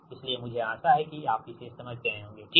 इसलिए मुझे आशा है कि आप इसे समझ गए होंगेठीक